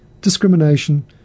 discrimination